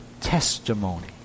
testimony